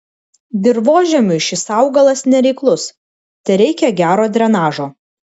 dirvožemiui šis augalas nereiklus tereikia gero drenažo